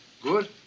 Good